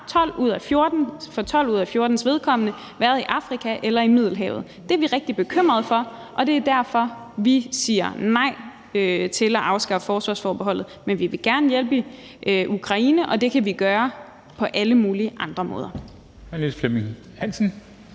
videre, har 12 ud af 14 af dem været i Afrika eller i Middelhavet. Det er vi rigtig bekymret for, og det er derfor, vi siger nej til at afskaffe forsvarsforbeholdet. Men vi vil gerne hjælpe i Ukraine, og det kan vi gøre på alle mulige andre måder.